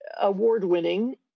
award-winning